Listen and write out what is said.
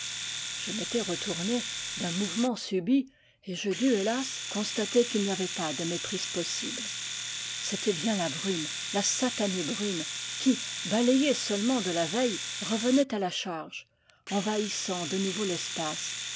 je m'étais retourné d'un mouvement subit etje dus hélas constater qu'il n'y avait pas de méprise possible c'était bien la brume la satanée brume qui balayée seulement de la veille revenait à la charge envahissant de nouveau